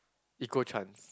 equal chance